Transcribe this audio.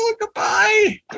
Goodbye